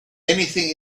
anything